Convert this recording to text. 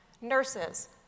Nurses